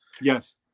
Yes